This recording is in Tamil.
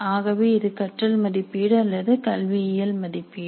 ஆகவே இது கற்றல் மதிப்பீடு அல்லது கல்வியியல் மதிப்பீடு